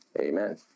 Amen